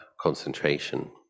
concentration